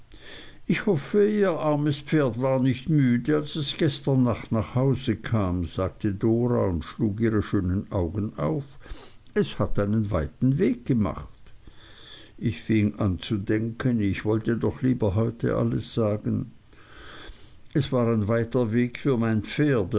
ich hoffe ihr armes pferd war nicht müde als es gestern nachts nach hause kam sagte dora und schlug ihre schönen augen auf es hat einen weiten weg gemacht ich fing an zu denken ich wollte doch lieber heute alles sagen es war ein weiter weg für mein pferd